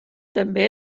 també